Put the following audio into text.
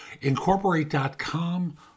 Incorporate.com